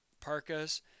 parkas